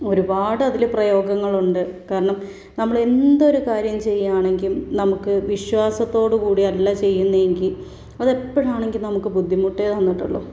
ഒരുപാട് അതില് പ്രയോഗങ്ങളുണ്ട് കാരണം നമ്മളെന്തൊരു കാര്യം ചെയ്യുകയാണെങ്കിലും നമുക്ക് വിശ്വാസത്തോടുകൂടി അല്ല ചെയ്യുന്നേങ്കിൽ അതെപ്പഴാണെങ്കിൽ നമുക്ക് ബുദ്ധിമുട്ടേ തന്നിട്ടുള്ളു